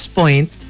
point